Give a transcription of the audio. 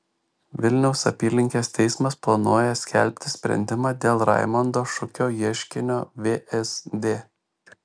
vilniaus apylinkės teismas planuoja skelbti sprendimą dėl raimondo šukio ieškinio vsd